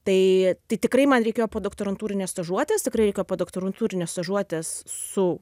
tai tai tikrai man reikėjo podoktorantūrinės stažuotės tikrai reikėjo podoktorantūrinės stažuotės su